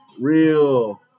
real